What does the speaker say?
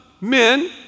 men